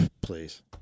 please